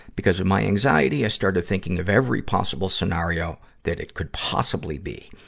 because of my anxiety, i started thinking of every possible scenario that it could possibly be.